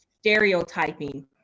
stereotyping